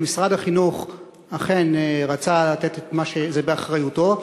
שמשרד החינוך אכן רצה לתת את מה שבאחריותו,